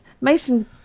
Mason